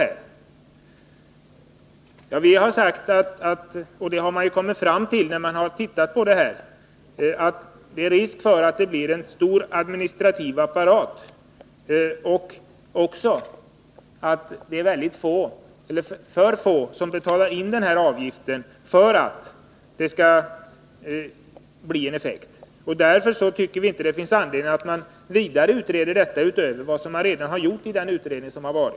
Som vi ser det och som vi har kommit fram till när man studerat detta, finns det risk för att man med ett sådant system skulle få en stor administrativ apparat. Dessutom är det risk för att det blir för få som betalarin avgiften för att den skall få någon effekt. Vi tycker inte att det finns anledning att ytterligare utreda detta utöver vad som redan gjorts i den utredning som genomförts.